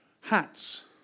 Hats